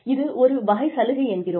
இது ஒரு வகை சலுகை என்கிறோம்